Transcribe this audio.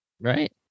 right